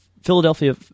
Philadelphia